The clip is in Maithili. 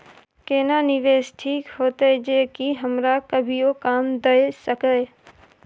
केना निवेश ठीक होते जे की हमरा कभियो काम दय सके?